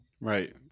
Right